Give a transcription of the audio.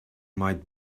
might